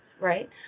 Right